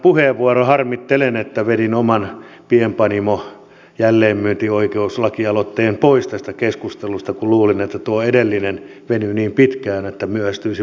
harmittelen että vedin oman pienpanimo jälleenmyyntioikeus lakialoitteen pois tästä keskustelusta kun luulin että tuo edellinen venyy niin pitkään että myöhästyisin muuten tapaamisesta